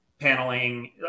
paneling